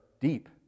deep